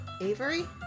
Avery